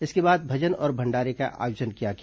इसके बाद भजन और भंडारे का आयोजन किया गया